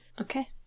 Okay